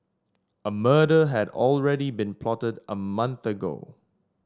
a murder had already been plotted a month ago